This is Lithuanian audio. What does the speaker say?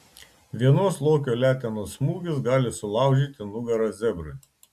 vienos lokio letenos smūgis gali sulaužyti nugarą zebrui